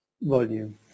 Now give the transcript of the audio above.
volume